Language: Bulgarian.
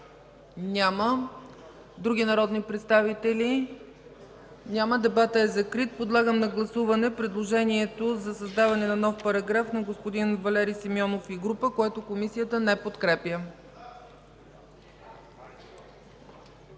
Няма. Други народни представители? Няма. Дебатът е закрит. Подлагам на гласуване предложението за създаване на нов параграф на господин Валери Симеонов и група, което Комисията не подкрепя.